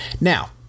Now